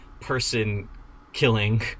person-killing